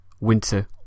Winter